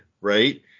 right